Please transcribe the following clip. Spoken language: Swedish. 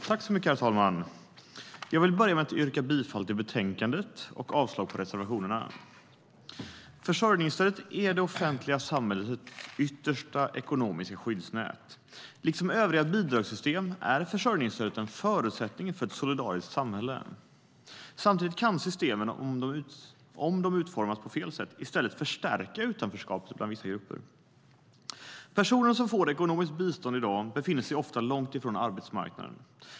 Herr talman! Jag vill börja med att yrka bifall till utskottets förslag och avslag på reservationerna. Försörjningsstödet är det offentliga samhällets yttersta ekonomiska skyddsnät. Liksom övriga bidragssystem är försörjningsstödet en förutsättning för ett solidariskt samhälle. Samtidigt kan systemen - om de utformas på fel sätt - i stället förstärka utanförskapet bland vissa grupper. Personer som får ekonomiskt bistånd i dag befinner sig ofta långt från arbetsmarknaden.